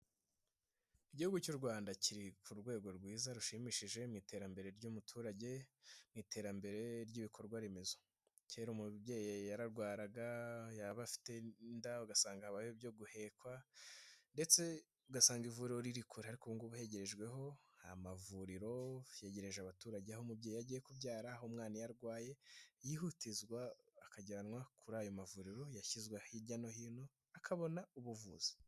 Igihugu cy'u Rwanda kiri ku rwego rwiza rushimishije mu iterambere ry'umuturage, mu iterambere ry'ibikorwa remezo. Kera umubyeyi yararwaraga yaba afite inda ugasanga habayeho ibyo guhekwa ndetse ugasanga ivuriro riri kure ariko ubu ngubu hegerejweho amavuriro, yegereje abaturage aho umubyeyi agiye kubyara umwana iyo arwaye yihutizwa akajyanwa kuri ayo mavuriro yashyizwe hirya no hino akabona ubuvuzi.